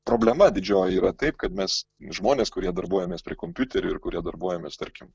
problema didžioji yra taip kad mes žmonės kurie darbuojamės prie kompiuterio ir kurie darbuojamės tarkim